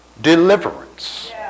deliverance